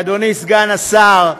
אדוני סגן השר,